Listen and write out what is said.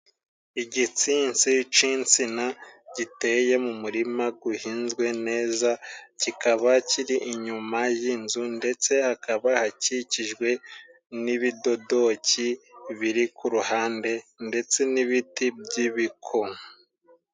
igitsinsi c'insina giteye mu murima guhinzwe neza, kikaba kiri inyuma y'inzu ndetse hakaba hakikijwe n'ibidodoki biri ku ruhande ndetse n'ibiti by'ibiko.